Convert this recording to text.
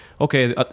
okay